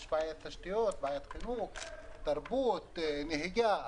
יש בעיית תשתיות, בעיית חינוך, תרבות נהיגה.